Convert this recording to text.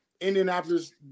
Indianapolis